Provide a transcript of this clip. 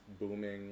booming